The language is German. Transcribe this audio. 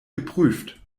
geprüft